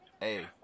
hey